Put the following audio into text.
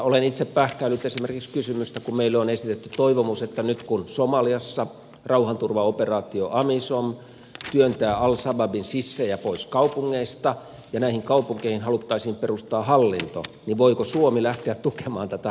olen itse pähkäillyt esimerkiksi kysymystä kun meille on esitetty toivomus että nyt kun somaliassa rauhanturvaoperaatio amisom työntää al shabaabin sissejä pois kaupungeista ja näihin kaupunkeihin haluttaisiin perustaa hallinto niin voiko suomi lähteä tukemaan tätä hallintoa